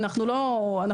אנחנו לא שוטרים,